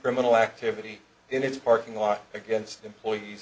criminal activity in its parking lot against employees